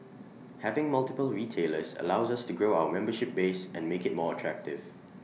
having multiple retailers allows to grow our membership base and make IT more attractive